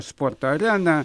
sporto arena